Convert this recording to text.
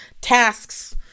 tasks